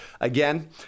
Again